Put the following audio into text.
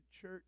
church